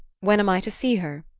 when am i to see her?